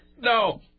No